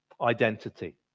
identity